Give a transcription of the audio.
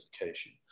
Education